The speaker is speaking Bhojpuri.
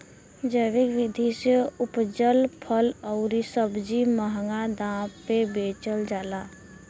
जैविक विधि से उपजल फल अउरी सब्जी महंगा दाम पे बेचल जाला